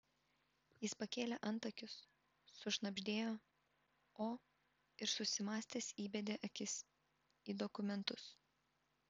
jis pakėlė antakius sušnabždėjo o ir susimąstęs įbedė akis į dokumentus